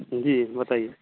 जी बताइए